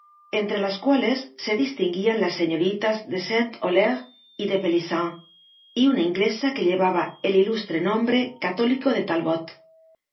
entre las cuales se distinguían las señoritas de sainte aulaire y de belissen y una inglesa que llevaba el ilustre nombre católico de talbot